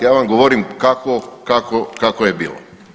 Ja vam govorim kako je bilo.